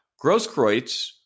Grosskreutz